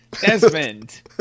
Desmond